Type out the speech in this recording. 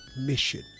mission